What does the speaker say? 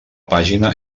pàgina